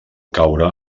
caure